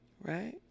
Right